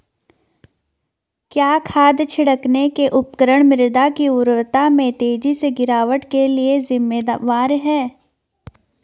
क्या खाद छिड़कने के उपकरण मृदा की उर्वरता में तेजी से गिरावट के लिए जिम्मेवार हैं?